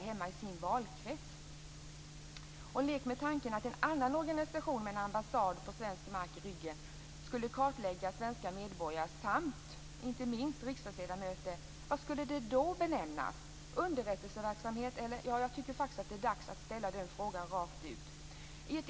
Lek också med tanken att en annan organisation med en ambassad på svensk mark i ryggen skulle kartlägga svenska medborgare, inte minst riksdagsledamöter! Vad skulle det då benämnas, underrättelseverksamhet? Jag tycker faktiskt att det är dags att ställa den frågan rakt ut.